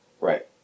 right